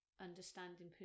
understanding